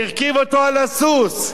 הרכיב אותו על הסוס,